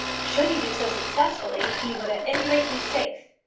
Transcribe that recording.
should he do so successfully, he would at any rate be safe.